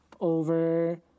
over